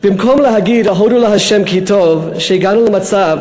במקום להגיד הודו לה' כי טוב שהגענו למצב